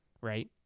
right